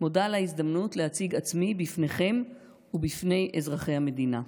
ומודה על ההזדמנות להציג את עצמי בפניכם ובפני אזרחי המדינה.